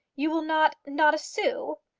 you will not not a sou?